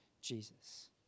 Jesus